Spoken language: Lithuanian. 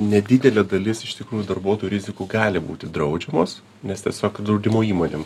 nedidelė dalis iš tikrųjų darbuotojų rizikų gali būti draudžiamos nes tiesiog draudimo įmonėm